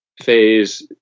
phase